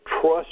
trust